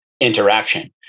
interaction